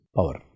Power